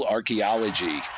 Archaeology